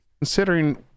considering